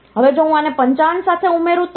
હવે જો હું આને 55 સાથે ઉમેરું તો